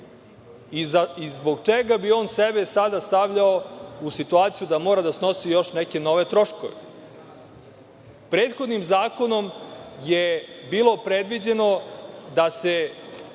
Zbog čega bi on sebe sada stavljao u situaciju da mora da snosi još neke nove troškove? Prethodnim zakonom je bilo predviđeno da se